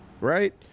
right